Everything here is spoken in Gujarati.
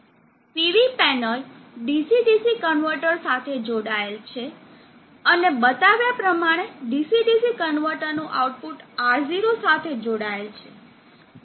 PV panel DC DC converter સાથે જોડાયેલ છે અને બતાવ્યા પ્રમાણે DC DC કન્વર્ટરનું આઉટપુટ R0 સાથે જોડાયેલ છે